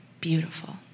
Beautiful